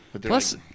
plus